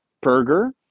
burger